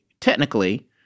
technically